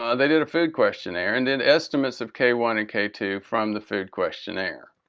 um they did a food questionnaire and then estimates of k one and k two from the food questionnaire.